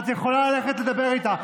את יכולה ללכת לדבר איתה.